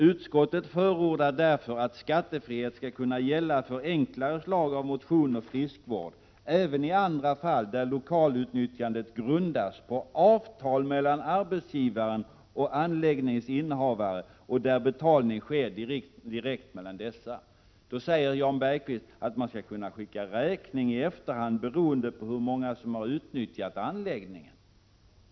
”Utskottet förordar därför att skattefrihet skall kunna gälla för enklare slag av motion och friskvård även i andra fall där lokalutnyttjandet grundas på avtal mellan arbetsgivaren och anläggningens innehavare och där betalningen sker direkt mellan dessa.” Nu säger Jan Bergqvist att man skall kunna skicka räkning i efterhand beroende på hur många som har utnyttjat anläggningen.